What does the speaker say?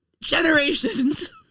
Generations